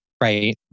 Right